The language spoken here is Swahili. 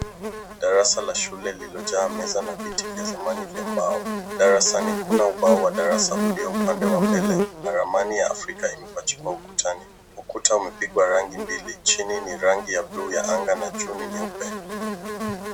Darasa la shule lililojaa meza na viti vya dhamani vya mbao. Darasani kuna ubao wa darasa ulio upande wa mbele, na ramani ya Afrika imepachikwa ukutani. Ukuta umepigwa rangi mbili, chini ni rangi ya buluu ya anga na juu ni nyeupe.